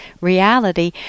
reality